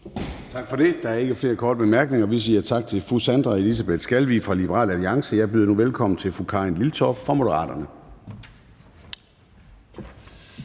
Tak for det. Der er ikke flere korte bemærkninger. Vi siger tak til fru Sandra Elisabeth Skalvig fra Liberal Alliance. Jeg byder nu velkommen til fru Karin Liltorp fra Moderaterne.